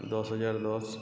ଦଶ ହଜାର ଦଶ